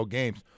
games